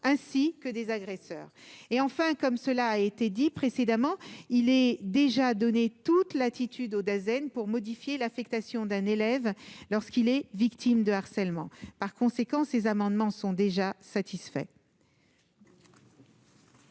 ainsi que des agresseurs et enfin, comme cela a été dit précédemment, il est déjà donné toute latitude aux dizaines pour modifier l'affectation d'un élève lorsqu'il est victime de harcèlement par conséquent ces amendements sont déjà satisfaits.